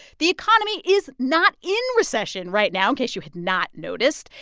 the economy is not in recession right now, in case you had not noticed.